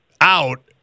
out